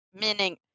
meaning